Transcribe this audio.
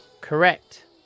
Correct